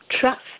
trust